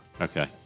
Okay